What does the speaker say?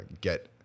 get